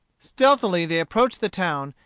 stealthily they approached the town,